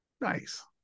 Nice